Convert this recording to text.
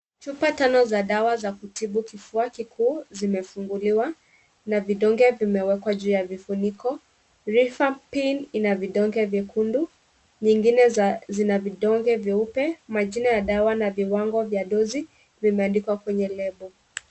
Chupa tano za dawa za kutibu kifua kikuu zimefunguliwa na vidonge vimewekwa juu ya vifuniko. [Rifampin] ina vidonge vyekundu, nyingine zina vidonge vyeupe, majina ya dawa na viwango vya [dozi] vimeandikwa kwenye lebo.